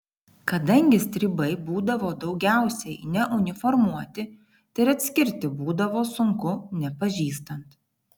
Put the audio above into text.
kadangi stribai būdavo daugiausiai neuniformuoti tai ir atskirti būdavo sunku nepažįstant